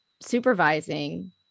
supervising